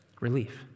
Relief